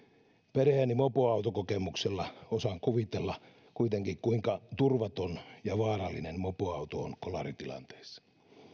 perheeni mopoautokokemuksella osaan kuvitella kuitenkin kuinka turvaton ja vaarallinen mopoauto on kolaritilanteessa